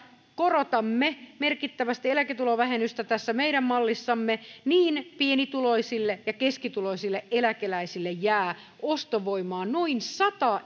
korotamme merkittävästi eläketulovähennystä tässä meidän mallissamme niin pienituloisille ja keskituloisille eläkeläisille jää ostovoimaa noin sata